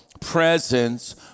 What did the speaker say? presence